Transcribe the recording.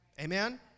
amen